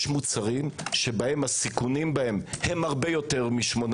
יש מוצרים שבהם הסיכונים הרבה יותר מ-8